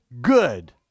good